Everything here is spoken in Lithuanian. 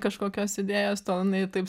kažkokios idėjos tol jinai taip